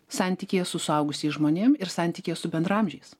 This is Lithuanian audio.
santykyje su suaugusiais žmonėm ir santykiai su bendraamžiais